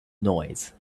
noise